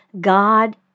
God